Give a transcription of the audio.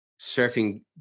surfing